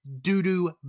doo-doo